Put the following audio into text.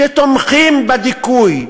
שתומכים בדיכוי,